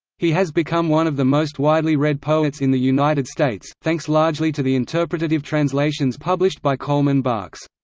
he has become one of the most widely read poets in the united states, thanks largely to the interpretative translations published by coleman barks.